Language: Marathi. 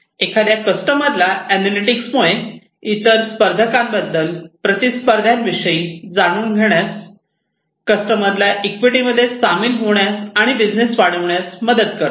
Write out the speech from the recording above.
एखाद्या कस्टमरला अनॅलिटिक्स मुळे इतर स्पर्धकांबद्दल प्रतिस्पर्ध्यांविषयी जाणून घेण्यास कस्टमरला एक्टिविटी मध्ये सामील होण्यास आणि बिझनेस वाढविण्यास मदत करतात